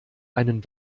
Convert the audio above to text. einen